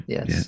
Yes